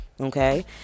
okay